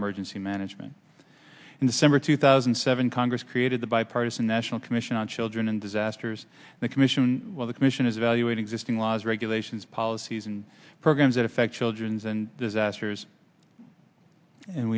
emergency management in december two thousand and seven congress created the bipartisan national commission on children and disasters the commission of the commission is evaluate existing laws regulations policies and programs that affect children's and disasters and